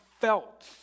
felt